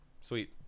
sweet